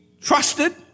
trusted